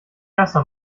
erster